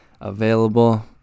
available